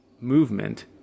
movement